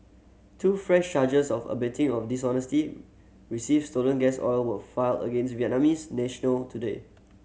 two fresh charges of abetting of dishonesty receive stolen gas oil were filed against a Vietnamese national today